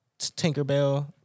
Tinkerbell